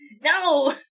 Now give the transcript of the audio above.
No